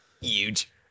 huge